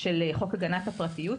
של חוק הגנת הפרטיות,